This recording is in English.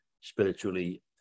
spiritually